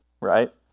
right